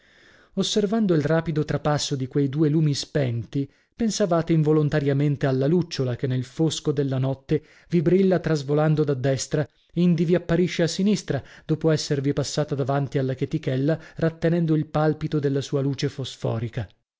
osservando il rapido trapasso di quei due lumi spenti pensavate involontariamente alla lucciola che nel fosco della notte vi brilla trasvolando da destra indi vi apparisce a sinistra dopo esservi passata davanti alla chetichella rattenendo il palpito della sua luce fosforica